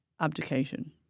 abdication